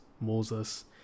Moses